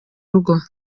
rugo